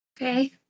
Okay